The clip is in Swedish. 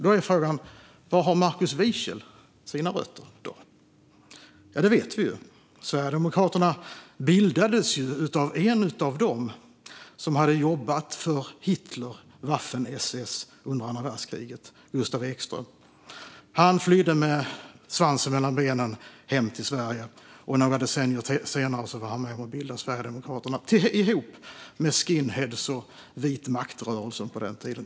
Då är frågan: Var har Markus Wiechel sina rötter? Det vet vi ju. Sverigedemokraterna bildades av Gustaf Ekström, som var en av dem som hade jobbat för Hitler och Waffen-SS under andra världskriget. Han flydde med svansen mellan benen hem till Sverige, och några decennier senare var han med och bildade Sverigedemokraterna ihop med skinheads och den tidens vitmaktrörelse.